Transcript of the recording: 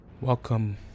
Welcome